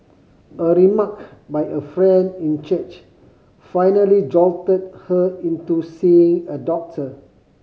a remark by a friend in church finally jolted her into seeing a doctor